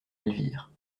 elvire